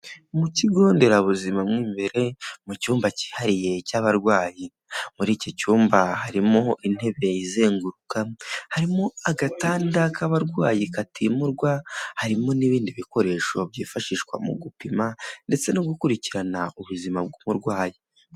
Mu kigo nderabuzima mo imbere mu cyumba cyihariye cy'abarwayi. Muri iki cyumba harimo intebe izenguruka, harimo agatanda k'abarwayi katimurwa, harimo n'ibindi bikoresho byifashishwa mu gupima, ndetse no gukurikirana ubuzima bw'umurwayi.